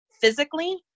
physically